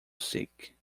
seek